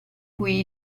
cui